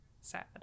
sad